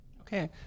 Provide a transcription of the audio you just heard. Okay